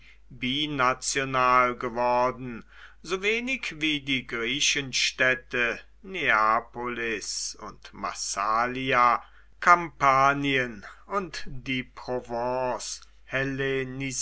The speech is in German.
binational geworden so wenig wie die griechenstädte neapolis und massalia kampanien und die provence